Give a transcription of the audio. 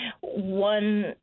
One